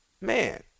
man